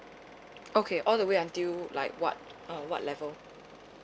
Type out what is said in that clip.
okay all the way until like what uh what level